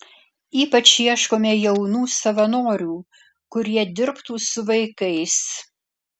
ypač ieškome jaunų savanorių kurie dirbtų su vaikais